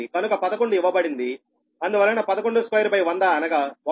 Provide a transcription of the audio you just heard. కనుక 11 ఇవ్వబడిందిఅందువలన 112100 అనగా 1